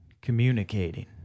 communicating